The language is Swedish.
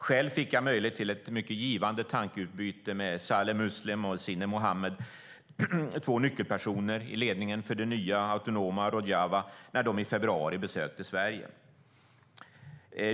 Själv fick jag möjlighet till ett mycket givande tankeutbyte med Saleh Muslim och Sinam Mohammad, två nyckelpersoner i ledningen för det nya autonoma Rojava, när de i februari besökte Sverige.